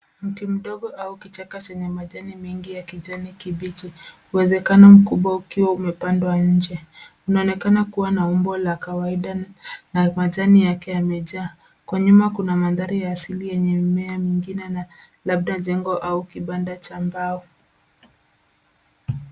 Mti mdogo au kichaka chenye majani mengi ya kijani kibichi uwezekano mkubwa ukiwa umepandwa nje. Unaonekana kuwa na umbo la kawaida na majani yake yamejaa. Kwa nyuma kuna mandhari ya asili yenye mimea mingine labda jengo au kibanda cha mbao.